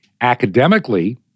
academically